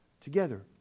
together